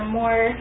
more